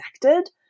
connected